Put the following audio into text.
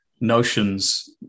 notions